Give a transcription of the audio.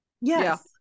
yes